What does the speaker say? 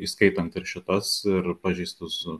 įskaitant ir šitas ir pažeistus